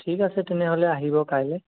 ঠিকা আছে তেনেহ'লে আহিব কাইলৈ